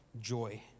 joy